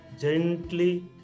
gently